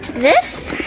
this